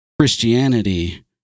Christianity